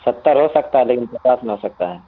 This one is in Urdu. ستر ہوسکتا ہے لیکن پچاس نہیں ہوسکتا ہے